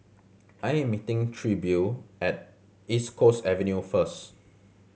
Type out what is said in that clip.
I am meeting Trilby at East Coast Avenue first